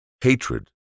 Hatred